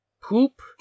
poop